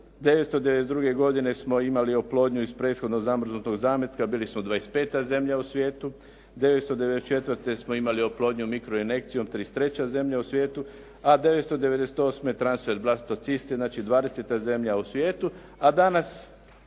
1992. godine smo imali oplodnju iz prethodno zamrznutog zametka, bili smo 25. zemlja u svijetu. 1994. smo imali oplodnju mikroinjekcijom 33. zemlja u svijetu, a 1998. transfer … /Govornik se ne razumije./ … 20. zemlja u svijetu. A danas